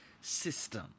system